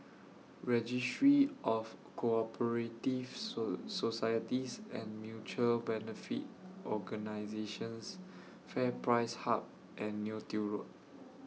Registry of Co Operative So Societies and Mutual Benefit Organisations FairPrice Hub and Neo Tiew Road